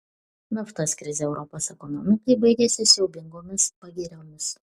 naftos krizė europos ekonomikai baigėsi siaubingomis pagiriomis